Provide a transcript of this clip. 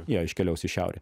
jie iškeliaus į šiaurę